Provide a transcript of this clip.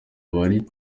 abari